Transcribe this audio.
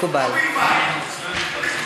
מקובל, מקובל.